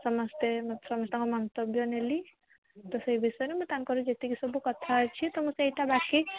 ସମସ୍ତେ ସମସ୍ତଙ୍କ ମନ୍ତବ୍ୟ ନେଲି ତ ସେଇ ବିଷୟରେ ମୁଁ ତାଙ୍କର ଯେତିକି ସବୁ କଥା ଅଛି ତା ମୁଁ ସେଇଟା ବାକି